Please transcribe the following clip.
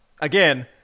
again